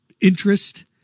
interest